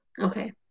Okay